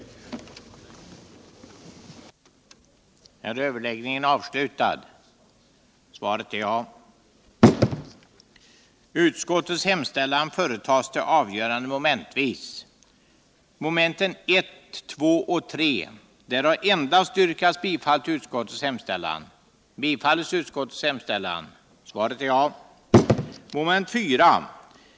den det ej vill röstar nej.